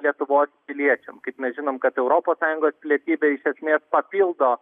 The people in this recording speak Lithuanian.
lietuvos piliečiam kaip mes žinom kad europos sąjungos pilietybė iš esmės papildo